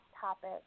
topic